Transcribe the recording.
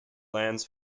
lands